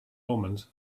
omens